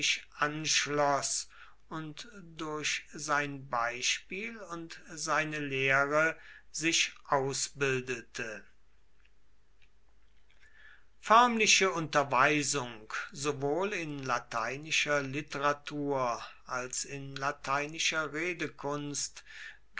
anschloß und durch sein beispiel und seine lehre sich ausbildete förmliche unterweisung sowohl in lateinischer literatur als in lateinischer